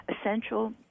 essential